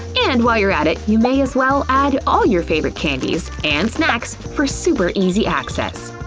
and while you're at it, you may as well add all your favorite candies and snacks for super easy access.